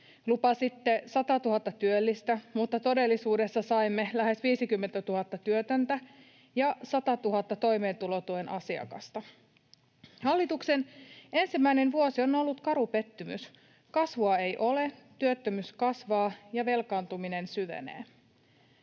Lupasitte 100 000 työllistä, mutta todellisuudessa saimme lähes 50 000 työtöntä ja 100 000 toimeentulotuen asiakasta. Hallituksen ensimmäinen vuosi on ollut karu pettymys: kasvua ei ole, työttömyys kasvaa, ja velkaantuminen syvenee.